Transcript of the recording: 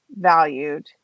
valued